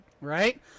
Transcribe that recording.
Right